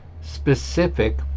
specific